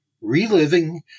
Reliving